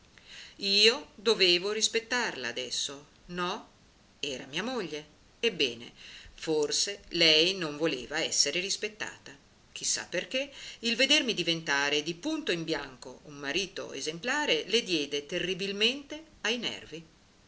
io dovevo rispettarla adesso no era mia moglie ebbene forse lei non voleva essere rispettata chi sa perché il vedermi diventare di punto in bianco un marito esemplare le diede terribilmente ai nervi